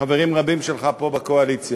חברים רבים שלך פה בקואליציה,